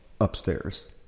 upstairs